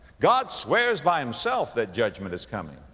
god swears by himself that judgment is coming.